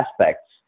aspects